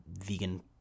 vegan